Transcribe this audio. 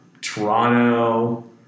Toronto